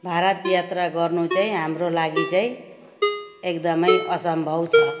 भारत यात्रा गर्नु चाहिँ हाम्रो लागि चाहिँ एकदमै असम्भव छ